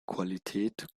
qualität